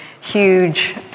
huge